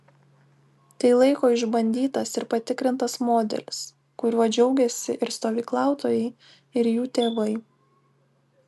tai laiko išbandytas ir patikrintas modelis kuriuo džiaugiasi ir stovyklautojai ir jų tėvai